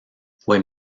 fue